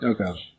Okay